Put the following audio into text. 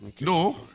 No